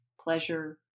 pleasure